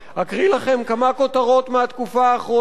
אקריא לכם כמה כותרות מהתקופה האחרונה: